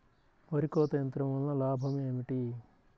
వరి కోత యంత్రం వలన లాభం ఏమిటి?